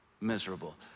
miserable